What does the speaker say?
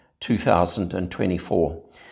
2024